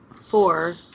four